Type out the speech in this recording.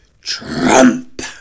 Trump